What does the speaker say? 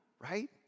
right